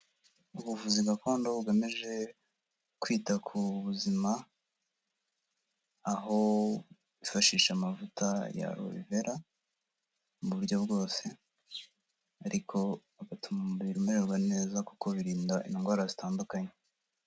Ubuvuzi gakondo bugamije kwita ku buzima, aho bifashisha amavuta ya Aloe Vera mu buryo bwose, ariko agatuma umubiri umererwa neza kuko birinda indwara zitandukanye.